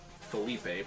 Felipe